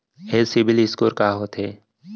ये CIBIL score का होथे?